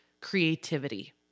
creativity